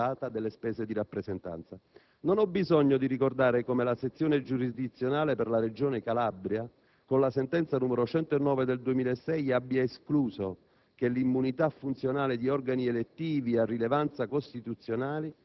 un'accezione che potrebbe essere considerata retriva e superata delle spese di rappresentanza. Non ho bisogno di ricordare come la sezione giurisdizionale per la Regione Calabria con la sentenza n. 109 del 2006 abbia escluso